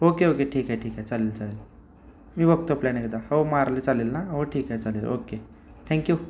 okay okay ठीक आहे ठीक आहे चालेल चालेल मी बघतो प्लॅन एकदा हो मारले चालेल ना हो ठीक आहे चालेल ओके थँक्यू